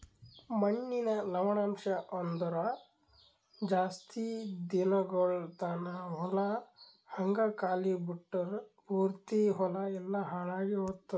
ಮಣ್ಣಿನ ಲವಣಾಂಶ ಅಂದುರ್ ಜಾಸ್ತಿ ದಿನಗೊಳ್ ತಾನ ಹೊಲ ಹಂಗೆ ಖಾಲಿ ಬಿಟ್ಟುರ್ ಪೂರ್ತಿ ಹೊಲ ಎಲ್ಲಾ ಹಾಳಾಗಿ ಹೊತ್ತುದ್